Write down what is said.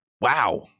wow